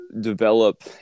develop